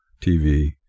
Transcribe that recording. TV